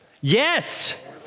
Yes